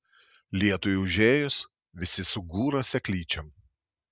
lietui užėjus visi sugūra seklyčion